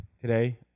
today